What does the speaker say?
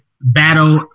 battle